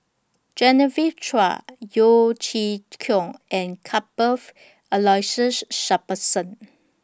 Genevieve Chua Yeo Chee Kiong and Cuthbert's Aloysius Shepherdson